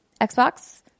Xbox